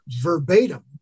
verbatim